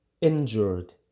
injured